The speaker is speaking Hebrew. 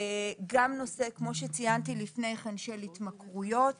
גם נושא כמו שציינתי לפני כן, של התמכרויות